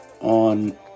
on